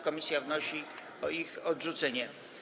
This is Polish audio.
Komisja wnosi o ich odrzucenie.